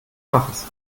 faches